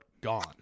gone